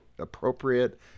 appropriate